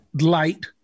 light